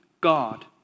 God